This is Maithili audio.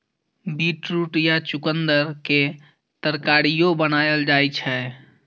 बीटरूट या चुकंदर के तरकारियो बनाएल जाइ छै